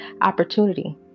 opportunity